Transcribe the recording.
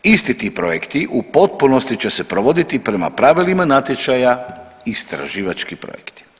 Isti ti projekti u potpunosti će se provoditi prema pravilima natječaja istraživački projekti.